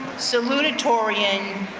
salutatorian,